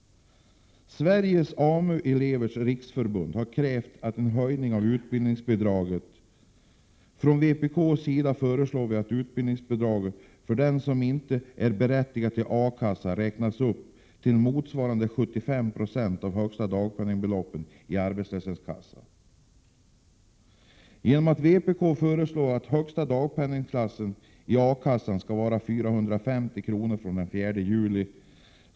Sveriges AMU-elevers Riksförbund har krävt en höjning av utbildningsbidraget. Från vpk:s sida föreslår vi att utbildningsbidraget för dem som inte är berättigade till A-kassa räknas upp, så att det motsvarar 75 960 av högsta dagpenningbelopp i arbetslöshetskassan. Vpk föreslår att högsta dagpenningklass i A-kassan skall vara 450 kr. från den 4 juli.